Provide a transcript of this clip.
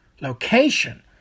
location